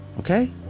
Okay